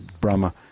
Brahma